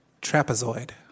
Trapezoid